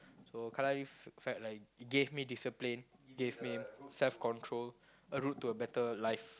so kalari felt like it gave me discipline it gave me self control a route to a better life